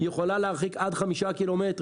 היא יכולה להרחיק עד 5 קילומטרים.